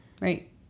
Right